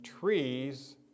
trees